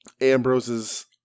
Ambrose's